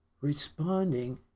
responding